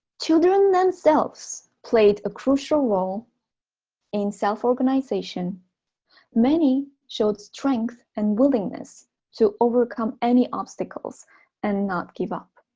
children themselves played a crucial role in self-organization many showed strength and willingness to overcome any obstacles an not give up.